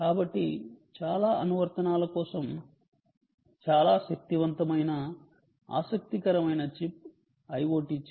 కాబట్టి చాలా అనువర్తనాల కోసం చాలా శక్తివంతమైన ఆసక్తికరమైన chip IoT chip Wi Fi chip